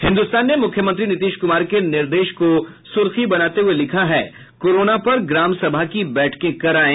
हिन्दुस्तान ने मुख्यमंत्री नीतीश कुमार के निर्देश को सुर्खी बनाते हुए लिखा है कोरोना पर ग्राम सभा की बैठकें करायें